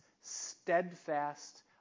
steadfast